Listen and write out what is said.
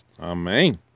Amen